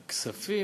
כספים?